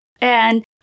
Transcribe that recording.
And-